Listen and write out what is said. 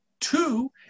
Two